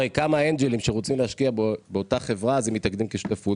הרי כמה אנג'לים שרוצים להשקיע באותה חברה אז הם מתאגדים כשותפות,